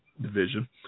division